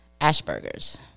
Asperger's